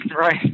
Right